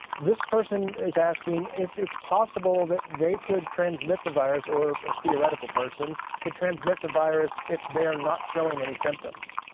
this person is asking if it's possible that they could transmit the virus, a theoretical person, could transmit the virus if they are not showing any symptoms?